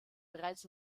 bereits